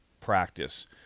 practice